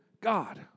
God